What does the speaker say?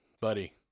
buddy